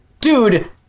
Dude